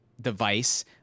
device